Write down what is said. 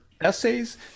Essays